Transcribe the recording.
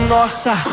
Nossa